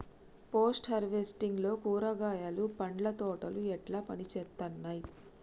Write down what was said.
Post harvesting లో కూరగాయలు పండ్ల తోటలు ఎట్లా పనిచేత్తనయ్?